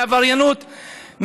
מעבריינות,